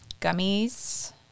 Gummies